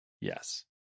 Yes